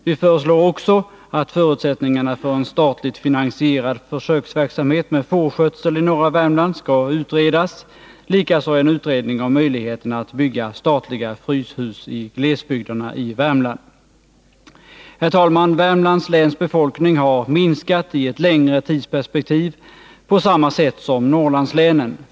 Vi föreslår också att förutsättningarna för en statligt finansierad försöksverksamhet med fårskötsel i norra Värmland skall utredas, likaså föreslår vi att en utredning görs beträffande möjligheterna att bygga statliga fryshus i Värmlands glesbygder. Herr talman! Värmlands läns befolkning har minskat i ett längre tidsperspektiv på samma sätt som skett i Norrlandslänen.